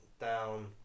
down